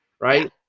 Right